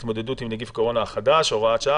להתמודדות עם נגיף קורונה החדש (הוראת שעה)